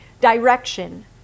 direction